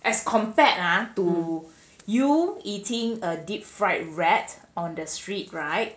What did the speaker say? as compared ah to you eating a deep fried rat on the street right